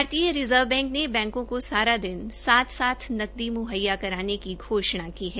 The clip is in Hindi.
भारतीय रिज़र्व बैंक ने बैंको को सारा दिन साथ साथ नगदी मु्हैया कराने की घोषण की है